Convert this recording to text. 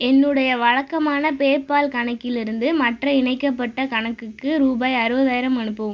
என்னுடைய வழக்கமான பேபால் கணக்கிலிருந்து மற்ற இணைக்கப்பட்ட கணக்குக்கு ரூபாய் அறுபதாயிரம் அனுப்பவும்